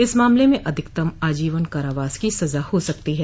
इस मामले में अधिकतम आजीवन कारावास की सजा हो सकती है